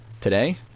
today